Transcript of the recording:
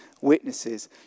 witnesses